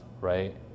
right